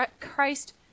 Christ